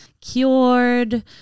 cured